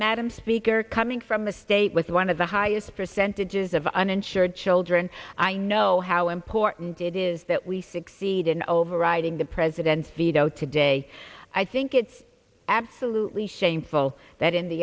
madam speaker coming from a state with one of the highest percentages of uninsured children i know how important it is that we succeed in overriding the president veto today i think it's absolutely shameful that in the